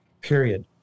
period